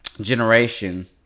generation